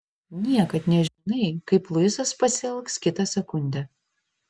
niekad nežinai kaip luisas pasielgs kitą sekundę